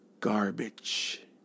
garbage